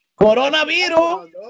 Coronavirus